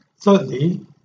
Thirdly